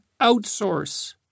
outsource